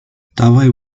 dabei